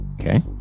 Okay